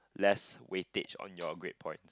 less weightage on your grade point